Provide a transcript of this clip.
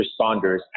responders